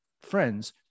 friends